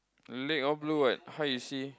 leg all blue what how you see